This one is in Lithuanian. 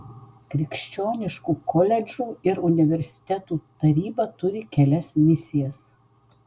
krikščioniškų koledžų ir universitetų taryba turi kelias misijas